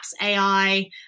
AI